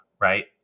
right